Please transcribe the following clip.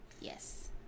Yes